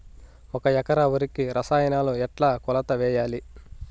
ఒక ఎకరా వరికి రసాయనాలు ఎట్లా కొలత వేయాలి?